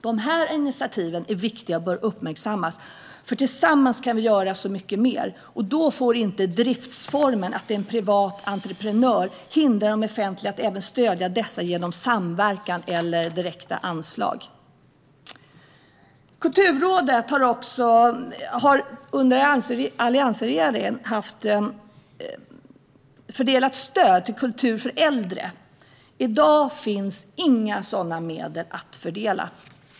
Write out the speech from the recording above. Dessa initiativ är viktiga och bör uppmärksammas, för tillsammans kan vi göra mycket mer. Då får inte driftformen, att det är privata entreprenörer, hindra det offentliga att även stödja dessa genom samverkan eller direkta anslag. Kulturrådet har under alliansregeringen fördelat stöd till kultur för äldre. I dag finns inga sådana medel att fördela.